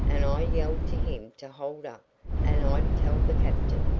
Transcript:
and i yelled to him to hold up and i'd tell the captain.